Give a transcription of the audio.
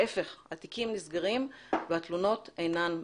להיפך, התיקים נסגרים והתלונות אינן מטופלות.